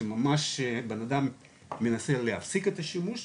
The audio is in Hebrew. שממש האדם מנסה להפסיק את השימוש,